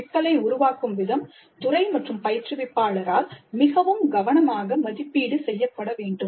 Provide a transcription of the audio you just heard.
எனவே சிக்கலை உருவாக்கும் விதம் துறை மற்றும் பயிற்றுவிப்பாளரால் மிகவும் கவனமாக மதிப்பீடு செய்யப்பட வேண்டும்